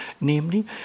namely